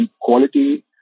quality